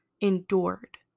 endured